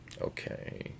Okay